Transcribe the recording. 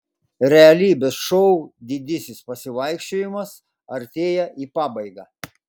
realybės šou didysis pasivaikščiojimas artėja į pabaigą